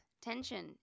tension